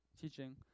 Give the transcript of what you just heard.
teaching